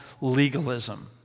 legalism